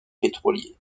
pétrolier